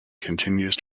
continues